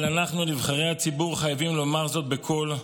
אבל אנחנו, נבחרי הציבור, חייבים לומר זאת בקול: